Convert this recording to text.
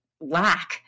lack